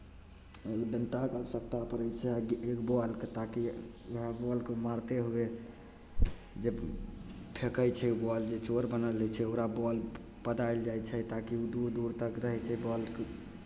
एक डण्टाके आवश्यकता पड़ै छै आकि एक ताकि वहाँ बॉलकेँ मारते हुए जब फेँकै छै बॉल जे चोर बनल रहै छै ओकरा बॉल पदायल जाइ छै ताकि ओ दूर दूर तक रहै छै बॉलकेँ